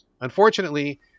Unfortunately